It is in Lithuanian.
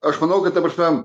aš manau kad ta prasme